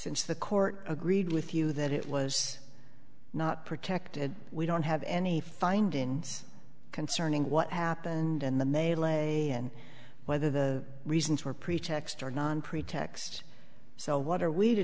since the court agreed with you that it was not protected we don't have any finding concerning what happened in the melee and whether the reasons were pretext or non pretext so what are we to